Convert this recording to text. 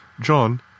John